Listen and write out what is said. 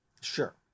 Sure